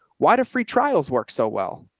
why do free trials work so well